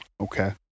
okay